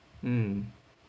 mm